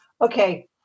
Okay